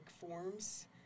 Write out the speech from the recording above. forms